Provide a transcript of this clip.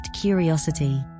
curiosity